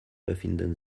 befinden